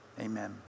Amen